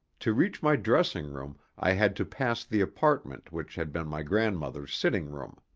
to reach my dressing-room i had to pass the apartment which had been my grandmother's sitting-room.